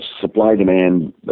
supply-demand